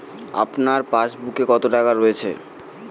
আপনার পাসবুকে কত টাকা রয়েছে?